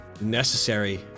necessary